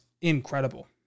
incredible